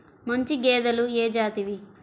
మంచి గేదెలు ఏ జాతివి?